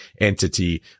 entity